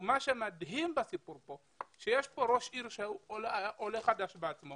מה שמדהים בסיפור הזה זה שיש כאן ראש עיר שהוא עולה חדש בעצמו